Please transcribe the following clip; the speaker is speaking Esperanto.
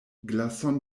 glason